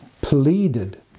pleaded